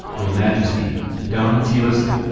your majesty don t listen.